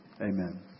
amen